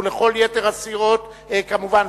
וכמובן,